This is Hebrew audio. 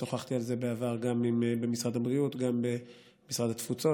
שוחחתי על זה בעבר עם משרד הבריאות וגם עם משרד התפוצות,